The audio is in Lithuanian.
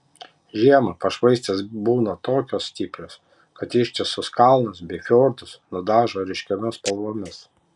žiemą pašvaistės būna tokios stiprios kad ištisus kalnus bei fjordus nudažo ryškiomis spalvomis